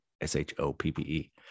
s-h-o-p-p-e